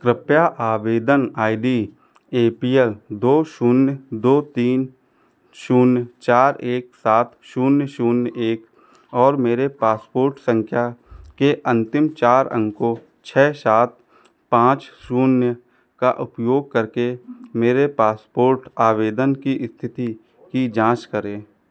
कृपया आवेदन I D A P L दो शून्य दो तीन शून्य चार एक सात शून्य शून्य एक और मेरे पासपोर्ट संख्या के अंतिम चार अंकों छः सात पाँच शून्य का उपयोग करके मेरे पासपोर्ट आवेदन की स्थिति की जांच करें